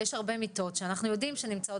יש הרבה מיטות שאנחנו יודעים שנמצאות